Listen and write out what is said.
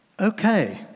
Okay